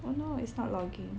oh no it's not logging